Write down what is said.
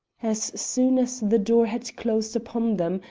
as soon as the door had closed upon them,